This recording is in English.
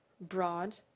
broad